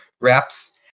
wraps